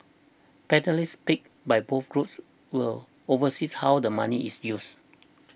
panellists picked by both groups will oversee how the money is used